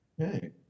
Okay